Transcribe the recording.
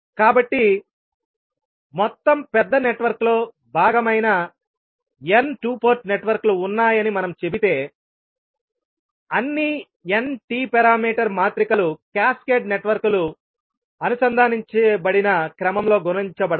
కాబట్టి మొత్తం పెద్ద నెట్వర్క్లో భాగమైన n 2 పోర్ట్ నెట్వర్క్లు ఉన్నాయని మనం చెబితే అన్ని n T పారామీటర్ మాత్రికలు క్యాస్కేడ్ నెట్వర్క్లు అనుసంధానించబడిన క్రమంలో గుణించబడతాయి